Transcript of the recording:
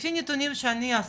לפי נתונים שאני אספתי,